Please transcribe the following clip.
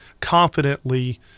confidently